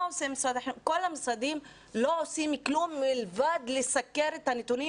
כל המשרדים לא עושים כלום מלבד לסקר את הנתונים